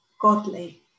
godly